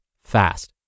fast